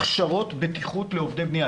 הכשרות בטיחות לעובדי בנייה,